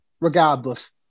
regardless